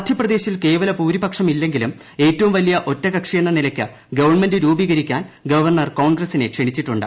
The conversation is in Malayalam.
മധ്യപ്രദേശിൽ കേവല ഭൂരിപക്ഷമില്ലെങ്കിലും ഏറ്റവും വലിയ ഒറ്റകക്ഷിയെന്ന നിലക്ക് ഗവൺമെന്റ് രൂപീകരിക്കാൻ ഗവർണർ കോൺഗ്രസിനെ ക്ഷണിച്ചിട്ടുണ്ട്